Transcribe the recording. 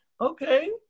okay